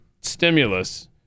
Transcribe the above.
stimulus